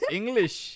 English